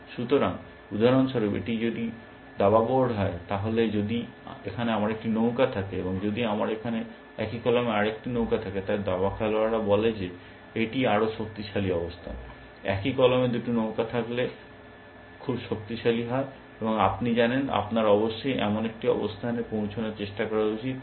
সুতরাং উদাহরণস্বরূপ এটি যদি দাবা বোর্ড হয় তাহলে যদি এখানে আমার একটি নৌকা থাকে এবং যদি আমার এখানে একই কলামে আরেকটি নৌকা থাকে তাহলে দাবা খেলোয়াড় বলে যে এটি আরও শক্তিশালী অবস্থান একই কলামে দুটি নৌকা থাকলে খুব শক্তিশালী হয় এবং আপনি জানেন আপনার অবশ্যই এমন একটি অবস্থানে পৌঁছানোর চেষ্টা করা উচিত